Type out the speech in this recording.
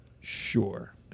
Sure